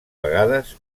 vegades